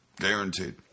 guaranteed